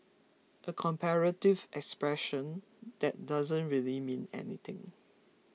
a comparative expression that doesn't really mean anything